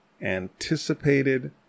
anticipated